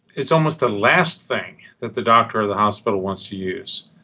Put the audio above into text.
it's almost the last thing that the doctor or the hospital wants to use.